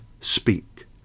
speak